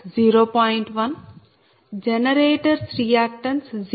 1 generators reactance 0